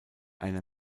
einer